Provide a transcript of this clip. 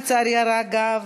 לצערי הרב,